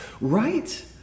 right